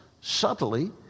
subtly